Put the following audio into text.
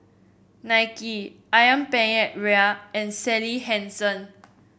Nike ayam Penyet Ria and Sally Hansen